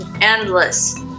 endless